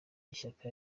ishyaka